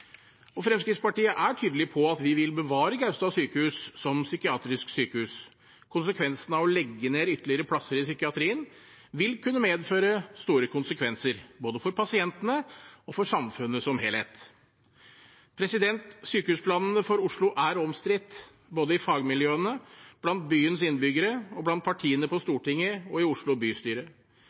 Fremskrittspartiet er tydelig på at vi vil bevare Gaustad sykehus som psykiatrisk sykehus. Å legge ned ytterligere plasser i psykiatrien vil kunne medføre store konsekvenser, både for pasientene og for samfunnet som helhet. Sykehusplanene for Oslo er omstridt, både i fagmiljøene, blant byens innbyggere, blant partiene på Stortinget og i Oslo bystyre.